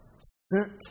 sent